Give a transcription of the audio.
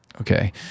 Okay